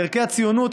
על ערכי הציונות,